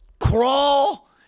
crawl